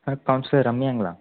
ஆ councillor ரம்யாங்ளா